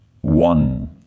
one